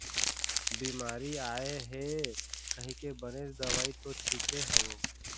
बिमारी आय हे कहिके बनेच दवई तो छिचे हव